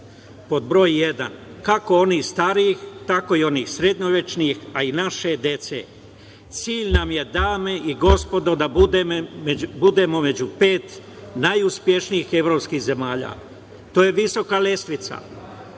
pod broj jedan, kako onih starijih, tako i onih sredovečnih, a i naše dece. Cilj nam je, dame i gospodo, da budemo među pet najuspešnijih evropskih zemalja. To je visoka lestvica.